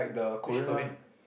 which Korean